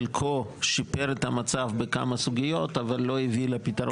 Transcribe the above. חלקן שיפרו את המצב בכמה סוגיות אבל לא הביאו לפתרון.